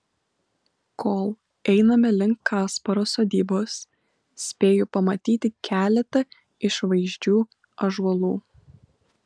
kol einame link kasparo sodybos spėju pamatyti keletą išvaizdžių ąžuolų